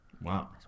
Wow